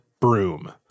broom